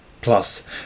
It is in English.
plus